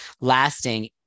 lasting